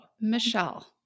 Michelle